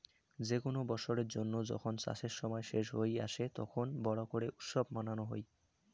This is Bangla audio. যে কুন বৎসরের জন্য যখন চাষের সময় শেষ হই আসে, তখন বড় করে উৎসব মানানো হই